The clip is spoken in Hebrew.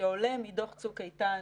שעולה מדוח צוק איתן,